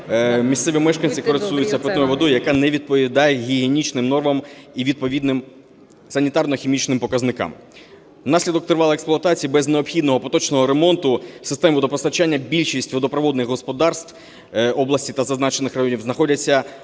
місцеві мешканці користуються питною водою, яка не відповідає гігієнічним нормам і відповідним санітарно-хімічним показникам. Внаслідок тривалої експлуатації без необхідного поточного ремонту систем водопостачання більшість водопровідних господарств області та зазначених районів знаходяться